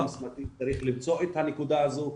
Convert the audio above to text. צריך למצוא את הנקודה הזו.